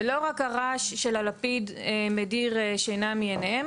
לא רק הרעש של הלפיד מדיר שינה מעיניהם